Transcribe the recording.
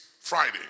Friday